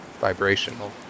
Vibrational